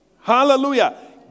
Hallelujah